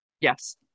yes